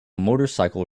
motorcycle